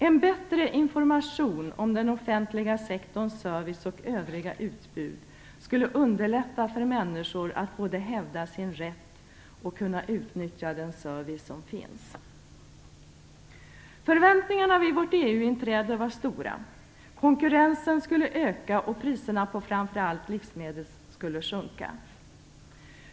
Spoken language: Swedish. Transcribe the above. En bättre information om den offentliga sektorns service och övriga utbud skulle underlätta för människor att både hävda sin rätt och utnyttja den service som finns. Förväntningarna vid vårt EU-inträde var stora. Konkurrensen skulle öka och priserna på framför allt livsmedel skulle sjunka.